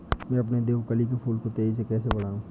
मैं अपने देवकली के फूल को तेजी से कैसे बढाऊं?